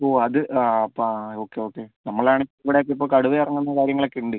ഓ അത് ആ അപ്പോൾ ആ ഓക്കേ ഓക്കേ നമ്മളാണെങ്കിൽ ഇവിടെയൊക്കെ ഇപ്പോൾ കടുവയിറങ്ങുന്ന കാര്യങ്ങളൊക്കെ ഉണ്ട്